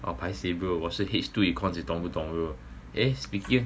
我 paiseh bro 我是 H two econs eh 懂不懂 bro eh speaking